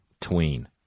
tween